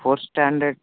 fourth standard